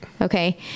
Okay